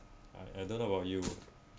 I I don't know about you